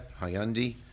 Hyundai